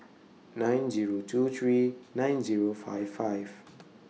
nine Zero two three nine Zero five five